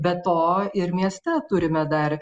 be to ir mieste turime dar